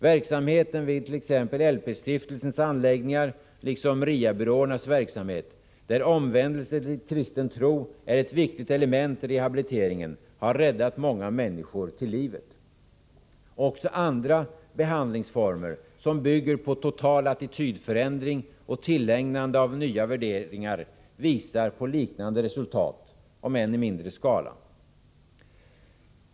Verksamheten vid t.ex. LP-stiftelsens anläggningar, liksom RIA-byråernas verksamhet, där omvändelse till kristen tro är ett viktigt element i rehabiliteringen, har räddat många människor till livet. Också andra behandlingsformer som bygger på total attitydförändring och tillägnande av nya värderingar visar på liknande resultat om än i mindre skala.